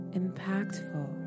impactful